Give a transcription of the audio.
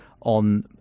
on